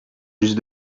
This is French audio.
juste